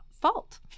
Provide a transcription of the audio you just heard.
fault